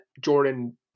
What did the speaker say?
Jordan